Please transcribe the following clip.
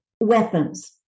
weapons